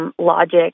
Logic